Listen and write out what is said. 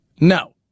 No